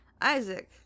Isaac